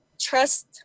trust